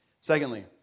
Secondly